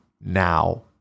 now